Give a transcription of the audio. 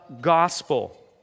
gospel